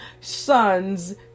sons